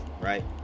right